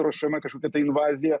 ruošiama kažkokia tai invazija